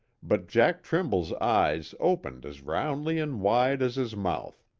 but jack trimble's eyes opened as roundly and wide as his mouth.